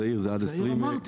זעיר זה עד 20 רכבים-